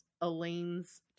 elaine's